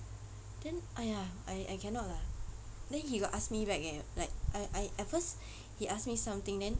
then !aiya! I I cannot lah then he got ask me back eh like I I at first he ask me something then